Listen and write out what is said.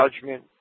judgment